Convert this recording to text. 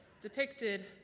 depicted